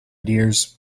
dears